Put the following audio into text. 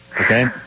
Okay